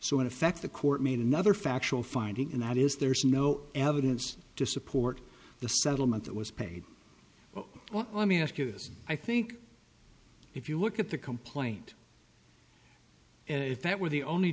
effect the court made another factual finding and that is there's no evidence to support the settlement that was paid well let me ask you this i think if you look at the complaint and if that were the only